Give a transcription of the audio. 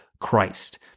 Christ